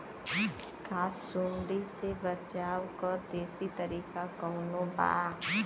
का सूंडी से बचाव क देशी तरीका कवनो बा?